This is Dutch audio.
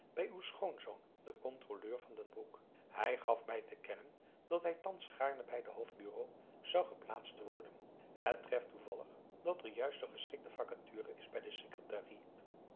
bij uw schoonzoon den controleur van den broek hij gaf mij te kennen dat hij thans gaarne bij de hoofdbureaux zou geplaatst worden het treft toevallig dat er juist een geschikte vacature is bij de secretarie